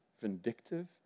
vindictive